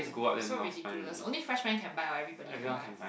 so ridiculous only freshman can buy or everybody can buy